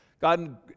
God